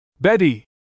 Betty